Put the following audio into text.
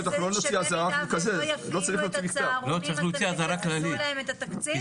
שבמידה ולא יפעילו את הצהרונים תעצרו להם את התקציב?